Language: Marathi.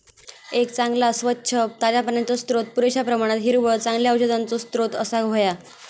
एक चांगला, स्वच्छ, ताज्या पाण्याचो स्त्रोत, पुरेश्या प्रमाणात हिरवळ, चांगल्या औषधांचो स्त्रोत असाक व्हया